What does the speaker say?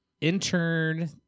intern